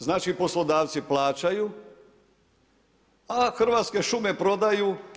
Znači poslodavci plaćaju, a Hrvatske šume prodaju.